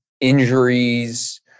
injuries